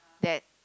that